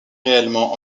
réellement